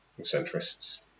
centrists